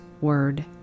word